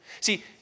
See